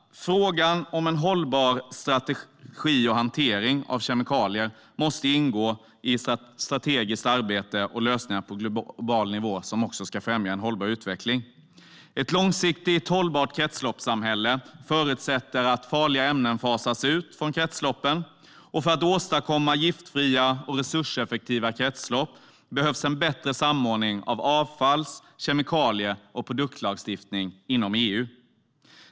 Frågan om en hållbar hantering av kemikalier måste ingå i strategier och lösningar på global nivå som ska främja en hållbar utveckling. Ett långsiktigt hållbart kretsloppssamhälle förutsätter att farliga ämnen fasas ut från kretsloppen. För att åstadkomma giftfria och resurseffektiva kretslopp behövs en bättre samordning av avfalls-, kemikalie och produktlagstiftning inom EU.